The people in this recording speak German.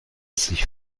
sich